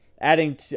Adding